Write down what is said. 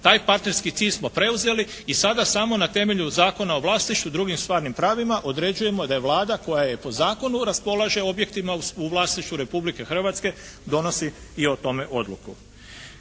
Taj partnerski cilj smo preuzeli i sada sam na temelju Zakona o vlasništvu i drugim stvarnim pravima određujemo da je Vlada koja po zakonu raspolaže o objektima u vlasništvu Republike Hrvatske donosi i o tome odluku.